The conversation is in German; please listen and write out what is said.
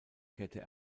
kehrte